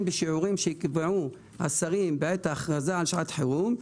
בשיעורים שיקבעו השרים בעת ההכרזה על שעת חירום.